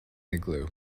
igloo